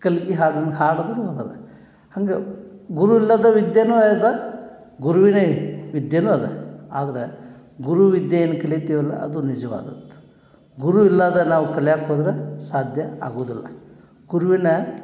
ಕಲ್ಕಿ ಹಾಡನ್ನು ಹಾಡ್ದೋರು ಅದಾರ ಹಂಗೆ ಗುರು ಇಲ್ಲದ ವಿದ್ಯನ ಅದ ಗುರುವಿನೆ ವಿದ್ಯೆನು ಅದ ಆದ್ರೆ ಗುರು ವಿದ್ಯೆ ಏನು ಕಲಿತೇವಲ್ವ ಅದು ನಿಜವಾದ ಗುರು ಇಲ್ಲದ ನಾವು ಕಲ್ಯಾಕ ಹೋದ್ರೆ ಸಾಧ್ಯ ಆಗುದಿಲ್ಲ ಗುರುವಿನ